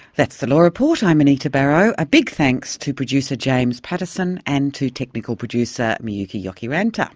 that's the law report, i'm anita barraud, a big thanks to producer james pattison and to technical producer miyuki jokiranta